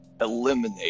eliminate